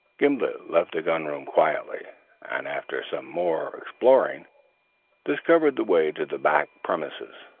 gimblet left the gun-room quietly and after some more exploring discovered the way to the back premises.